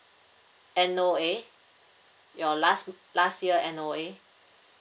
N_O_A your last last year N_O_A